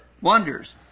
wonders